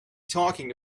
talking